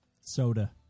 soda